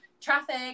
traffic